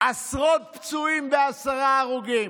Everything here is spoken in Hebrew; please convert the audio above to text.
עשרות פצועים ועשרה הרוגים.